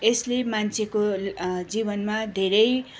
यसले मान्छेको जीवनमा धेरै